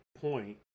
point